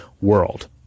world